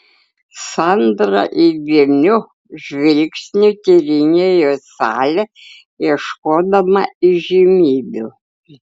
sandra įdėmiu žvilgsniu tyrinėjo salę ieškodama įžymybių